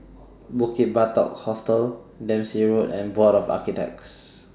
Bukit Batok Hostel Dempsey Road and Board of Architects